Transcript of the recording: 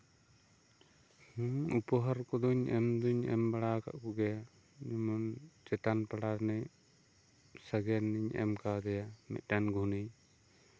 ᱦᱮᱸ ᱩᱯᱚᱦᱟᱨ ᱠᱚᱫᱚ ᱮᱢ ᱫᱩᱧ ᱮᱢ ᱵᱟᱲᱟ ᱠᱚᱜᱮᱭᱟ ᱡᱮᱢᱚᱱ ᱪᱮᱛᱟᱱ ᱯᱟᱲᱟ ᱨᱤᱱᱤᱡ ᱥᱟᱜᱮᱱ ᱤᱧ ᱮᱢ ᱠᱟᱣᱫᱮᱭᱟ ᱢᱤᱫᱴᱟᱝ ᱜᱷᱚᱱᱤ